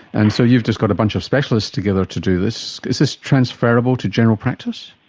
and so you've just got a bunch of specialists together to do this. is this transferable to general practice?